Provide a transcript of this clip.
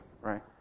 Right